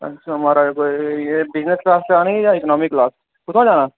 एह् केह् करानी बिज़नेस क्लॉस जां इकॉनामिक क्लॉस कुत्थें जाना